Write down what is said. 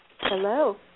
Hello